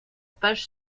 page